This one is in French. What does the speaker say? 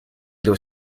doit